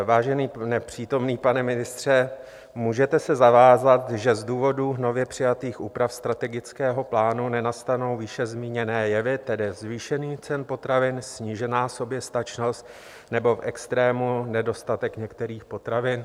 Vážený nepřítomný pane ministře, můžete se zavázat, že z důvodu nově přijatých úprav strategického plánu nenastanou výše zmíněné jevy, tedy zvýšení cen potravin, snížená soběstačnost, nebo v extrému nedostatek některých potravin?